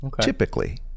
typically